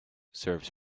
serves